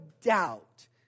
doubt